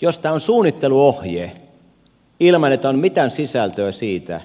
jos tämä on suunnitteluohje ilman että on mitään sisältöä siitä